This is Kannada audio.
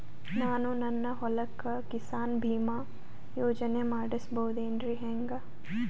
ನಾನು ನನ್ನ ಹೊಲಕ್ಕ ಕಿಸಾನ್ ಬೀಮಾ ಯೋಜನೆ ಮಾಡಸ ಬಹುದೇನರಿ ಹೆಂಗ?